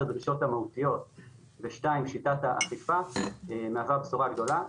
הדרישות המהותיות וגם שיטת האכיפה זו בשורה גדולה.